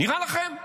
נראה לכם?